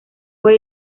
fue